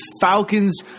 Falcons